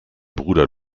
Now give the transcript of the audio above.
bruder